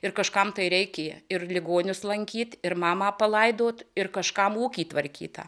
ir kažkam tai reikia ir ligonius lankyti ir mamą palaidot ir kažkam ūkį tvarkyt tą